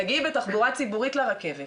תגיעי בתחבורה ציבורית לרכבת.